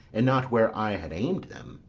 and not where i had aim'd them.